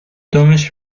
دمش